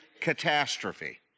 catastrophe